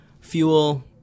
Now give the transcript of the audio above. fuel